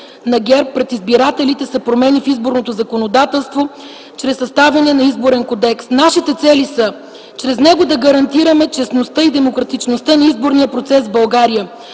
ГЕРБ пред избирателите са промени в изборното законодателство чрез съставяне на Изборен кодекс. Нашите цели са чрез него да гарантираме честността и демократичността на изборния процес в България,